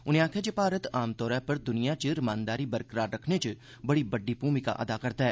उनें आखेआ जे भारत आम तौर उप्पर दुनिया च रमानदारी बरकरार रक्खने च बड़ी खरी मूमिका अदा करदा ऐ